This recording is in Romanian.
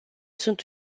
sunt